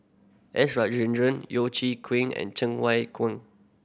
S Rajendran Yeo Chee and Cheng Wai Keung